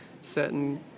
certain